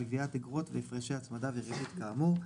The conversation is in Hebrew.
גביית אגרות והפרשי הצמדה וריבית כאמור.